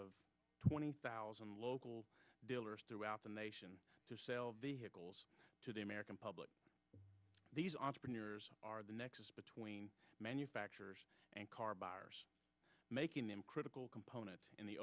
of twenty thousand local dealers throughout the nation to sell vehicles to the american public these entrepreneurs are the nexus between manufacturers and car buyers making them a critical component in the